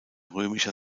römischer